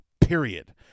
period